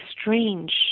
strange